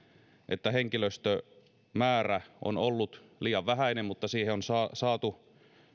että henkilöstömäärä on ollut liian vähäinen mutta siihen on saatu